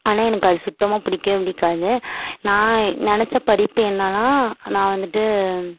ஆனால் எனக்கு அது சுத்தமாக பிடிக்கவே பிடிக்காது நான் நினச்ச படிப்பு என்னான்னா நான் வந்துவிட்டு